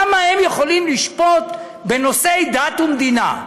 למה הם יכולים לשפוט בנושאי דת ומדינה?